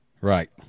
Right